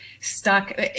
stuck